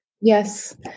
Yes